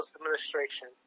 administration